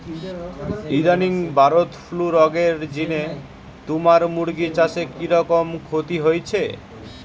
ইদানিং bird flu রগের জিনে তুমার মুরগি চাষে কিরকম ক্ষতি হইচে?